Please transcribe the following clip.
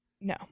No